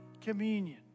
communion